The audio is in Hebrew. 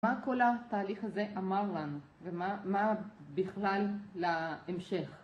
מה כל התהליך הזה אמר לנו ומה בכלל להמשך?